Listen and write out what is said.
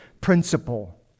principle